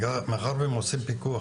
מאחר והם עושים פיקוח,